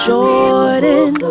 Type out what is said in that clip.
Jordan